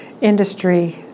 industry